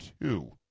two